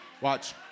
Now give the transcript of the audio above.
Watch